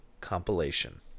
compilation